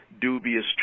dubious